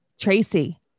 Tracy